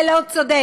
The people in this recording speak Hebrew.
זה לא צודק,